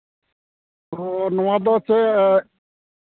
ᱚ ᱱᱚᱣᱟ ᱫᱚ ᱪᱮᱫ